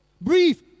Breathe